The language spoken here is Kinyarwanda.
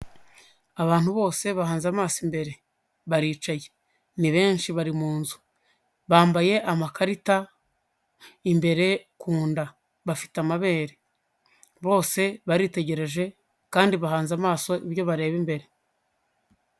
Abantu bose bahanze amaso imbere baricaye ni benshi bari mu nzu, bambaye amakarita imbere ku nda bafite amabere, bose baritegereje kandi bahanze amaso ibyo bareba imbere.